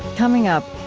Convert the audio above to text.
coming up,